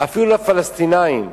אפילו לפלסטינים,